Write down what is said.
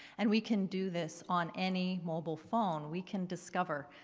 and we can do this on any mobile phone we can discover.